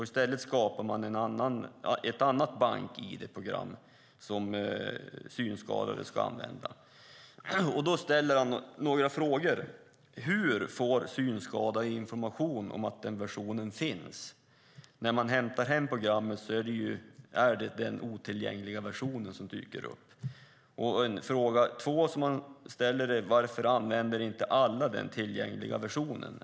I stället skapar man ett annat bank-ID-program som synskadade ska använda. Bäcke ställer då några frågor. Hur får synskadade information om att den versionen finns? När man hämtar hem programmet är det den otillgängliga versionen som dyker upp. Och varför använder inte alla den tillgängliga versionen?